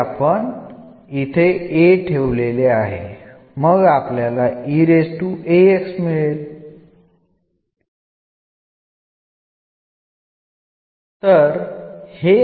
അതായത് യെ എന്ന് മാറ്റി എഴുതുന്നു